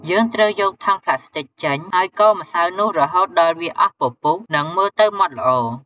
យើងត្រូវយកថង់ផ្លាស្ទិកចេញ ហើយកូរម្សៅនោះរហូតដល់វាអស់ពពុះ និងមើលទៅម៉ដ្ឋល្អ។